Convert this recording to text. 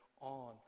on